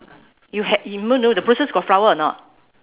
you have you no no the bushes got flower or not